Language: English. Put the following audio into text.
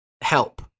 help